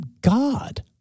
God